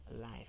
life